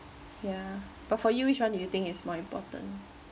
ya but for you which one do you think is more important